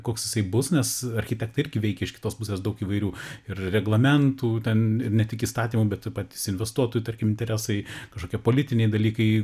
koks jisai bus nes architektai irgi veikia iš kitos pusės daug įvairių ir reglamentų ten ir ne tik įstatymų bet patys investuotų tarkim interesai kažkokie politiniai dalykai